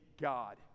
God